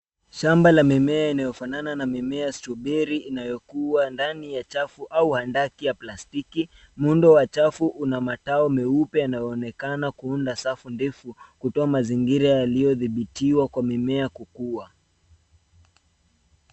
Shamba la mimea inayofanana na mimea strawberry inayokuwa ndani ya chafu au wandani ya plastiki. Muundo wa chafu una matao meupe yanaonekana kuunda safu ndefu kutoa mazingira yaliyodhibitiwa kwa mimea kukua.